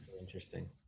Interesting